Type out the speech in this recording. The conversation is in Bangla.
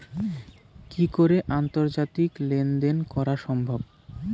কি করে আন্তর্জাতিক লেনদেন করা সম্ভব?